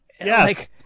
Yes